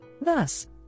Thus